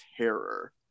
terror